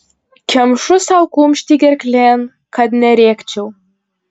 kemšu sau kumštį gerklėn kad nerėkčiau